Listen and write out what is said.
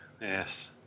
Yes